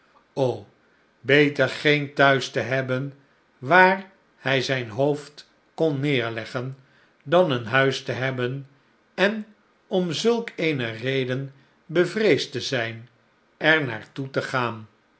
beter geen thuis te hebben waar hij zijn hoofd kon neerleggen dan een thuis te hebben en om zulk eene reden bevreesd te zijn er naar toe te gaan